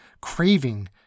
craving